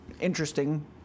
interesting